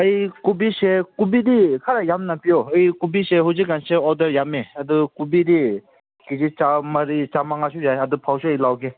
ꯑꯩ ꯀꯣꯕꯤꯁꯦ ꯀꯣꯕꯤꯗꯤ ꯈꯔ ꯌꯥꯝꯅ ꯄꯤꯌꯣ ꯑꯩ ꯀꯣꯕꯤꯁꯦ ꯍꯧꯖꯤꯛ ꯀꯥꯟꯁꯦ ꯑꯣꯗꯔ ꯌꯥꯝꯃꯦ ꯑꯗꯨ ꯀꯣꯕꯤꯗꯤ ꯀꯦ ꯖꯤ ꯆꯥꯝꯃꯔꯤ ꯆꯥꯝꯃꯉꯥꯁꯨ ꯌꯥꯏ ꯑꯗꯨ ꯐꯥꯎꯁꯨ ꯑꯩ ꯂꯧꯒꯦ